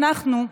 אנחנו,